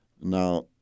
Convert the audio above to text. Now